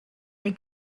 they